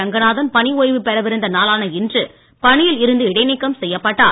ரங்கநாதன் பணி ஓய்வு பெறவிருந்த நாளான இன்று பணியில் இருந்து இடை நீக்கம் செய்யப்பட்டார்